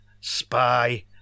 spy